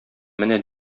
менә